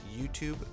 YouTube